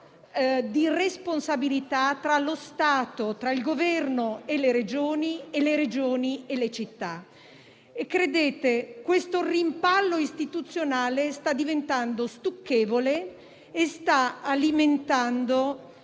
di responsabilità tra il Governo e le Regioni e le Regioni e le città. Credetemi, questo rimpallo istituzionale sta diventando stucchevole e sta alimentando